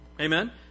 Amen